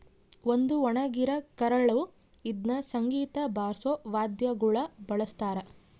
ಒಂದು ಒಣಗಿರ ಕರಳು ಇದ್ನ ಸಂಗೀತ ಬಾರ್ಸೋ ವಾದ್ಯಗುಳ ಬಳಸ್ತಾರ